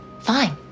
Fine